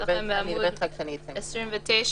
בעמוד 29